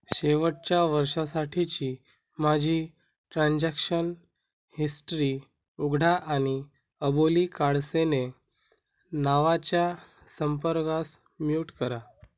शेवटच्या वर्षासाठीची माझी ट्रान्झॅक्शन हिस्ट्री उघडा आणि अबोली काडसेने नावाच्या संपर्कास म्यूट करा